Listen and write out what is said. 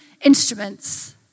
instruments